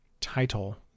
title